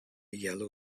yellow